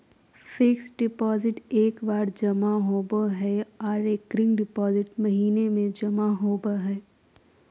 fixed deposit एक बार जमा होबो हय आर रेकरिंग डिपॉजिट महीने में जमा होबय हय